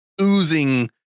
oozing